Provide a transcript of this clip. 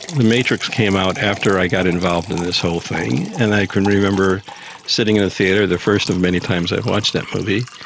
the matrix came out after i got involved in this whole thing, and i can remember sitting in a theatre, the first of many times i've watched that movie,